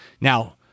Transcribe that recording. Now